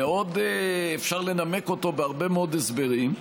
אפשר לנמק אותו בהרבה מאוד הסברים,